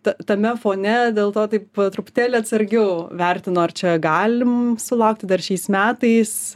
ta tame fone dėl to taip truputėlį atsargiau vertinu ar čia galim sulaukti dar šiais metais